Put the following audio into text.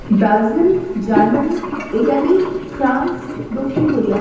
Brazil Germany Italy France দক্ষিণ Korea